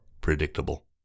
predictable